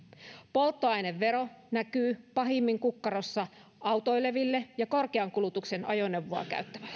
polttoainevero näkyy pahimmin kukkarossa autoilevilla ja korkean kulutuksen ajoneuvoa käyttävillä